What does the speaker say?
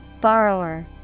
Borrower